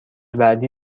بعدی